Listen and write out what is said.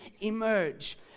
emerge